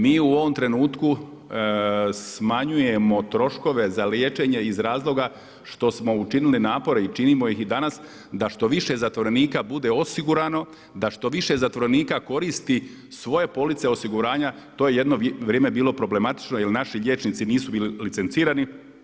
Mi u ovom trenutku smanjujemo troškove za liječenje iz razloga što smo učinili napore i činimo ih danas da što više zatvorenika bude osigurano, da što više zatvorenika koristi svoje police osiguranja to je jedno vrijeme bilo problematično jer naši liječnici nisu bili licencirani.